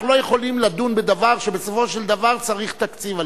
אנחנו לא יכולים לדון בדבר שבסופו של דבר צריך תקציב בשבילו.